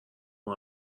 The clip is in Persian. اون